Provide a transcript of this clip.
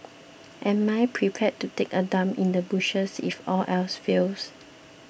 am I prepared to take a dump in the bushes if all else fails